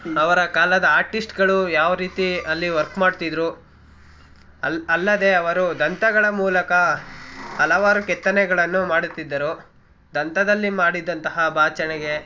ಅವರ ಕಾಲದ ಆರ್ಟಿಸ್ಟ್ಗಳು ಯಾವ ರೀತಿ ಅಲ್ಲಿ ವರ್ಕ್ ಮಾಡ್ತಿದ್ದರು ಅಲ್ಲಿ ಅಲ್ಲದೇ ಅವರು ದಂತಗಳ ಮೂಲಕ ಹಲವಾರು ಕೆತ್ತನೆಗಳನ್ನು ಮಾಡುತ್ತಿದ್ದರು ದಂತದಲ್ಲಿ ಮಾಡಿದಂತಹ ಬಾಚಣಿಗೆ